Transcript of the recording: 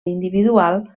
individual